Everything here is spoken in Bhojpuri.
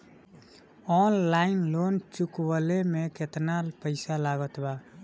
ऑनलाइन लोन चुकवले मे केतना पईसा लागत बा?